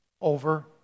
over